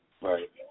Right